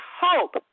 hope